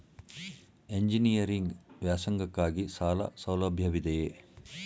Engineering ವ್ಯಾಸಂಗಕ್ಕಾಗಿ ಸಾಲ ಸೌಲಭ್ಯವಿದೆಯೇ?